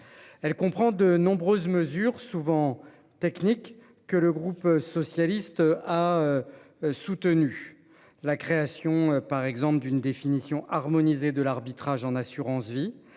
Elle comprend de nombreuses mesures, souvent techniques que le groupe socialiste a. Soutenu la création par exemple d'une définition harmonisée de l'arbitrage en assurance-vie